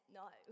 no